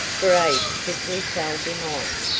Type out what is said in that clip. for abe quickly fell behind.